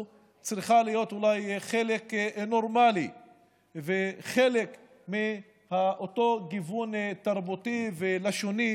צריכה להיות אולי חלק נורמלי וחלק מאותו גיוון תרבותי ולשוני